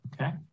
Okay